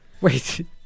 Wait